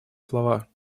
слова